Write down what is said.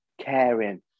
caring